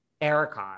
Erica